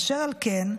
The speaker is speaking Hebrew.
אשר על כן,